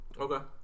Okay